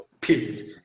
period